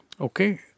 okay